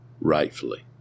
rightfully